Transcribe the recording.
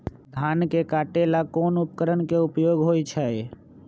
धान के काटे का ला कोंन उपकरण के उपयोग होइ छइ?